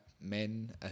men